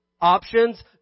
options